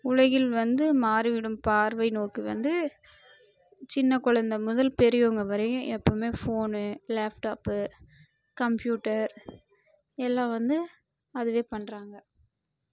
உலகில் வந்து மாறிவிடும் பார்வை நோக்கு வந்து சின்ன குழந்த முதல் பெரியவங்க வரையும் எப்பவுமே ஃபோனு லேப்டாப்பு கம்ப்யூட்டர் எல்லாம் வந்து அதுவே பண்ணுறாங்க